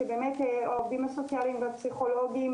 שבאמת העובדים הסוציאליים והפסיכולוגים